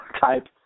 type